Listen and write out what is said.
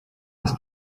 ist